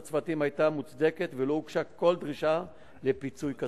פעילות הצוותים היתה מוצדקת ולא הוגשה דרישה לפיצוי כספי.